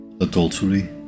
adultery